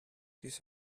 his